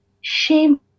Shame